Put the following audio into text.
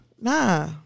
Nah